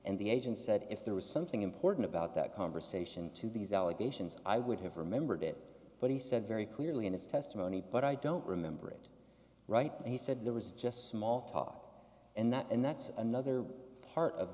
and the agent said if there was something in port about that conversation to these allegations i would have remembered it but he said very clearly in his testimony but i don't remember it right and he said there was just small talk and that and that's another part of